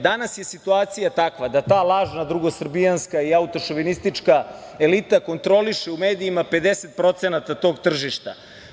Danas je situacija takva da ta lažna drugosrbijanska i autošovinističa elita kontroliše u medijima 50% tog tržišta.